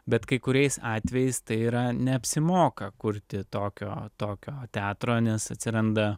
bet kai kuriais atvejais tai yra neapsimoka kurti tokio tokio teatro nes atsiranda